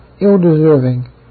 ill-deserving